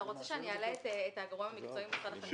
אתה רוצה שאני אעלה את הגורם המקצועי במשרד החקלאות?